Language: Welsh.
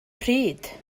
pryd